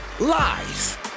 Lies